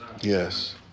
Yes